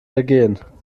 ergehen